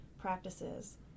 practices